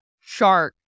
shark